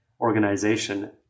organization